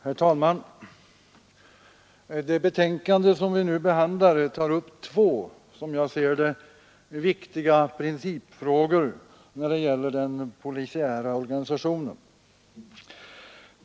Herr talman! Det betänkande vi nu behandlar tar upp två — som jag ser det — viktiga principfrågor när det gäller den polisiära organisationen.